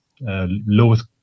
lowest